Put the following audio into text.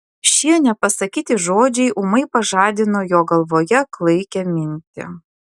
šie nepasakyti žodžiai ūmai pažadino jo galvoje klaikią mintį